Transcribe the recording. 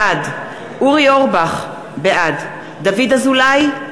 בעד אורי אורבך, בעד דוד אזולאי,